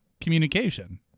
communication